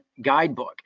Guidebook